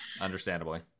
understandably